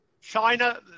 china